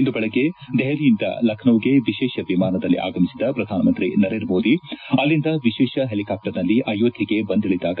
ಇಂದು ಬೆಳಿಗ್ಗೆ ದೆಹಲಿಯಿಂದ ಲಖನೌಗೆ ವಿಶೇಷ ವಿಮಾನದಲ್ಲಿ ಆಗಮಿಸಿದ ಪ್ರಧಾನಮಂತ್ರಿ ನರೇಂದ್ರ ಮೋದಿ ಅಲ್ಲಿಂದ ವಿಶೇಷ ಹೆಲಿಕಾಪ್ಟರ್ನಲ್ಲಿ ಆಯೋಧ್ಯೆಗೆ ಬಂದಿಳಿದಾಗ